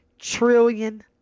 trillion